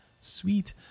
sweet